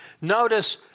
Notice